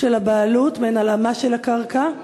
של הבעלות, מעין הלאמה של הקרקע.